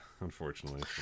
unfortunately